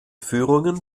führungen